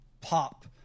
pop